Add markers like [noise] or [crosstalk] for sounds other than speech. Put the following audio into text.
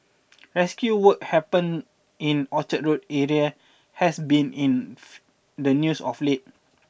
rescue work happen in the Orchard Road area has been in [unintelligible] the news of late